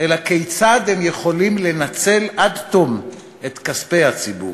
אלא כיצד הם יכולים לנצל עד תום את כספי הציבור,